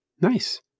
Nice